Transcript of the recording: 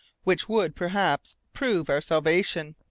which would, perhaps, prove our salvation.